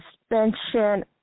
suspension